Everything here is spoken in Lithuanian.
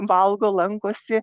valgo lankosi